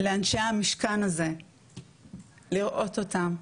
לאנשי המשכן הזה לראות אותם,